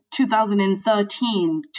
2013